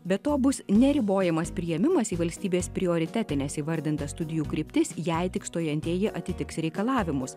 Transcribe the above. be to bus neribojamas priėmimas į valstybės prioritetines įvardintas studijų kryptis jei tik stojantieji atitiks reikalavimus